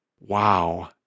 Wow